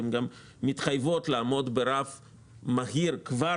הן גם מתחייבות לעמוד ברף מהיר כבר